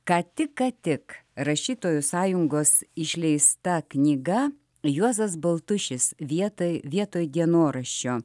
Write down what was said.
ką tik ką tik rašytojų sąjungos išleista knyga juozas baltušis vietai vietoj dienoraščio